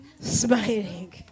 smiling